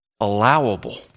allowable